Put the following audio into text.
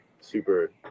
super